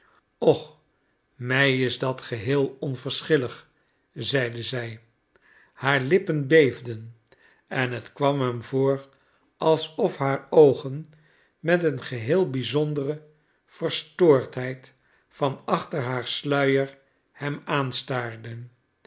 och mij is dat geheel onverschillig zeide zij haar lippen beefden en het kwam hem voor alsof haar oogen met een geheel bizondere verstoordheid van achter haar sluier hem aanstaarden